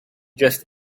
just